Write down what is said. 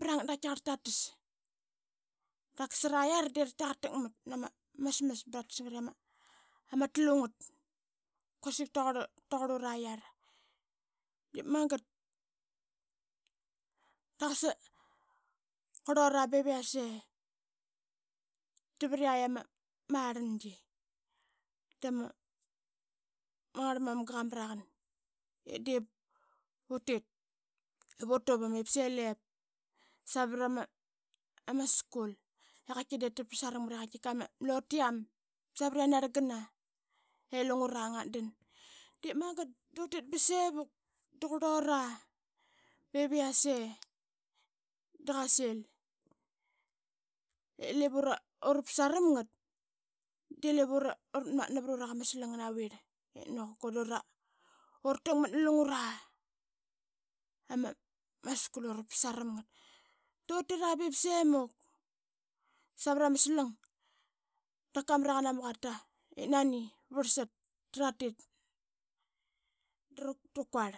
bra tas ngat ima hungat quasik taquar ura i yara. Dep mangat daqasa quroro be i yas ee davariat ama rangi dama ngarmamga qamaraqan utit utuvam ip sai yi lep savarama ma school ip taptap saramngat i qatika ama lotuiam savarianarangana i lungra ngatdan. Dep magat dotit ba sevuk ba qurora bev i yas ee daqasil ip lep ura pasaramngat de lep uratmatna varoroqa maslang navit ip nani quku dora takmat nalungra ama school i ura pasarmngat dotitra bep semuk savat ama slang dap qa maraqn ama quata ip nani varsat da ratit da rakuarl.